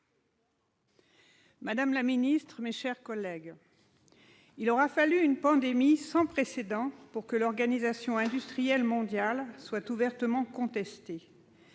madame la secrétaire d'État, mes chers collègues, il aura fallu une pandémie sans précédent pour que l'organisation industrielle mondiale soit ouvertement contestée.